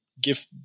give